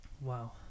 Wow